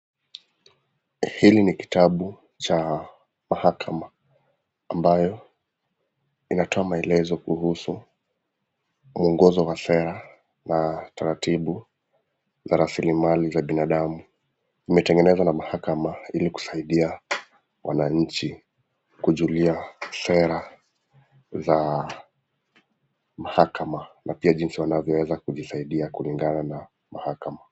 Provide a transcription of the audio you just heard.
Hili ni kitabu cha mahakama ambayo inatoa maelezo kuhusu mwongozo wa sera na taratibu za rasilimali za binadamu. Kimetengenezwa na mahakama ili kusaidia wananchi kujulia sera za mahakama na pia jinsi wanavyoweza kujisaidia kulingana na mahakama.